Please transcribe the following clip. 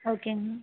ஓகேங்க